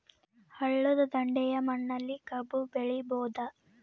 ಹಳ್ಳದ ದಂಡೆಯ ಮಣ್ಣಲ್ಲಿ ಕಬ್ಬು ಬೆಳಿಬೋದ?